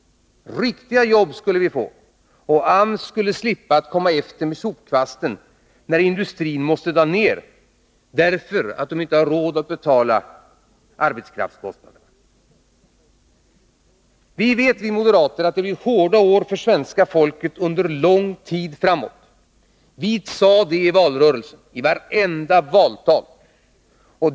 Riktiga jobb skulle vi få, och AMS skulle slippa att komma efter med sopkvasten, när industrin måste dra ned därför att den inte har råd att betala arbetskraftskostnaderna. Vi moderater vet att det blir hårda år för svenska folket under lång tid framåt. Vi sade detta i valrörelsen — i vartenda valtal.